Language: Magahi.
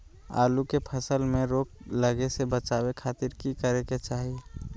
आलू के फसल में रोग लगे से बचावे खातिर की करे के चाही?